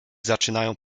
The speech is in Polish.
zaczynają